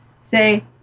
Say